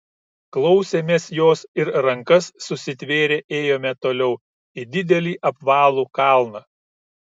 klausėmės jos ir rankas susitvėrę ėjome toliau į didelį apvalų kalną